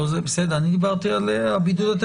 לגבי זה אני מפנה את רשות הדיבור למשרד הבריאות.